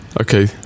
Okay